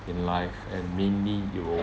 in life and mainly it will